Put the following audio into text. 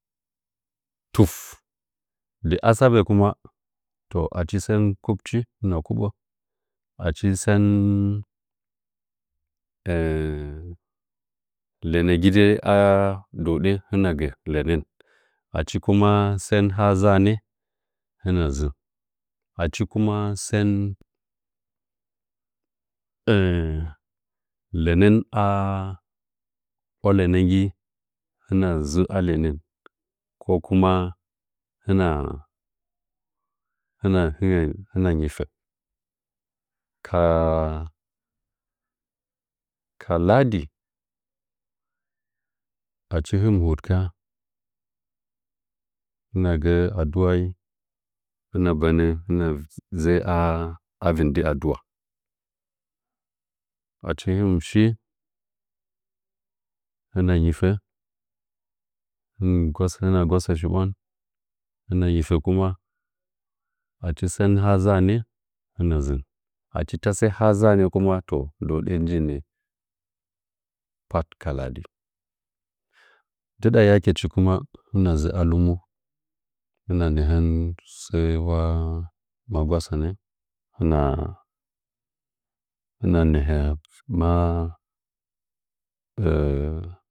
Tuf dɨ asavə kuma toh achi sən kubchi na kuɓu achi sən lenegide are duhəɗə hɨna gə lənən achi kuma sən ha zaanə hɨna zəu achi kuma sən lənən ah bwa lənəgi hɨna dzɨ a lənən ko kuma hɨna hɨna ngitə kaa kaladi achi hɨn hurkya hɨna gə aduwai hɨna bənə hɨna dzə'ə avindɨ adu'a hɨna dzə'ə are avindɨ adu'a achi hɨn shi hɨna ngifə hin hɨna nggosə shibwan hɨna ngifə kuma achi sən ha dzaanə nəkuma toh dɨhəɗə njinə pat ka ladi adɨda tada yakechi kuma hɨna zɨ a lɨmo hɨna nəhən səwa nggwa nggwasanə hɨna nəhə maa